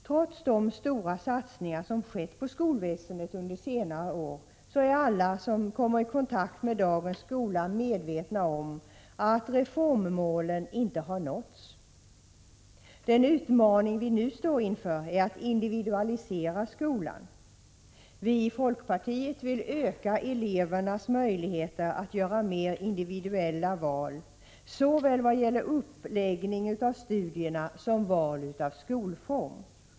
Trots de stora satsningar som skett på skolväsendet under senare år är alla som kommer i kontakt med dagens skola medvetna om att reformmålen inte har nåtts. Den utmaning som vi nu står inför är att individualisera skolan. Vi i folkpartiet vill öka elevernas möjligheter att göra mer individuella val, såväl vad gäller uppläggning av studierna som val av skolform.